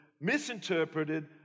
misinterpreted